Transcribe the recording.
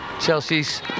Chelsea's